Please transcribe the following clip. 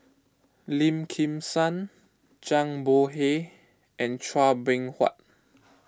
Lim Kim San Zhang Bohe and Chua Beng Huat